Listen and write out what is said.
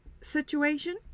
situation